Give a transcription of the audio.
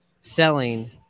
selling